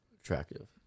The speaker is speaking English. attractive